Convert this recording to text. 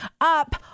up